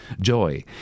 joy